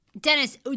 Dennis